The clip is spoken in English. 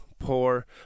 poor